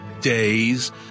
days